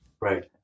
Right